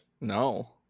No